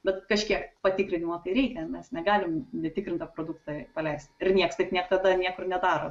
bet kažkiek patikrinimo reikia mes negalim netikrintą produktą paleist ir niekas taip niekada niekur nedaro